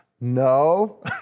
no